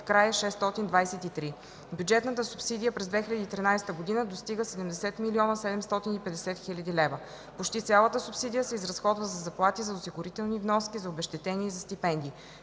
края - 623. Бюджетната субсидия през 2013 г. достига 70 млн. 750 хил. лева. Почти цялата субсидия се изразходва за заплати, за осигурителните вноски, за обезщетения и за стипендии.